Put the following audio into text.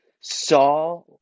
saw